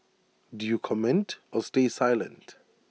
do you comment or stay silent